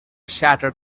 shattered